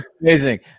Amazing